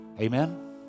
Amen